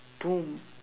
boom